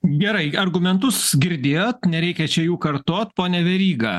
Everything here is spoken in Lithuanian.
gerai argumentus girdėjot nereikia čia jų kartot pone veryga